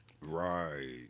Right